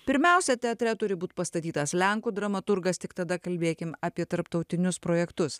pirmiausia teatre turi būt pastatytas lenkų dramaturgas tik tada kalbėkim apie tarptautinius projektus